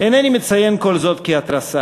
אינני מציין כל זאת כהתרסה.